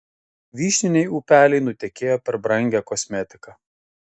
vyšniniai upeliai nutekėjo per brangią kosmetiką